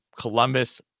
Columbus